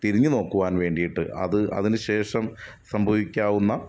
തിരിഞ്ഞുനോക്കുവാന് വേണ്ടിയിട്ട് അത് അതിനുശേഷം സംഭവിക്കാവുന്ന